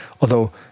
although